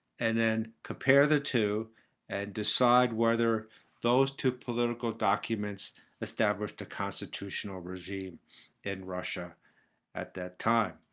and then compare the two and decide whether those two political documents established the constitutional regime in russia at that time.